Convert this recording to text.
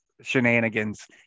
shenanigans